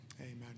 Amen